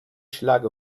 schlage